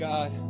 God